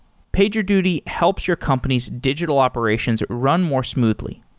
pagerduty helps your company's digital operations are run more smoothly.